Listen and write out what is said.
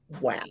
wow